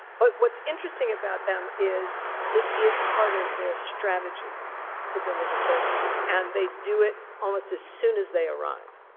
but what's interesting about them is it is part of their strategy to deliver services. and they do it almost as soon as they arrive.